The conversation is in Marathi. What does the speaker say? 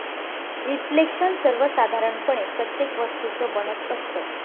रिफ्लेक्शन सर्वसाधारणपणे प्रत्येक वस्तूचं बनत असतं